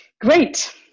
Great